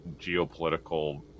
geopolitical